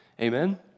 Amen